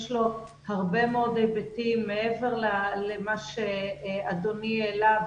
יש לו הרבה מאוד היבטים מעבר למה שאדוני העלה,